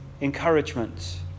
Encouragement